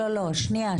שנייה,